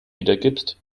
wiedergibst